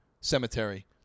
Cemetery